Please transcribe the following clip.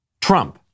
Trump